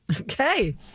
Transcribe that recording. Okay